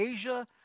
Asia